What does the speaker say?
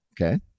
Okay